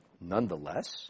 nonetheless